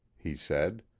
he said.